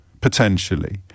potentially